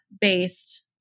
based